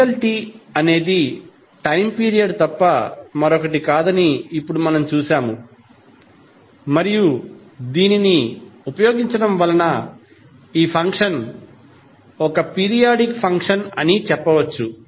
T అనేది time period తప్ప మరొకటి కాదని ఇప్పుడు మనం చూశాము మరియు దీనిని ఉపయోగించడం వలన ఈ ఫంక్షన్ ఒక పీరియాడిక్ ఫంక్షన్ అని చెప్పవచ్చు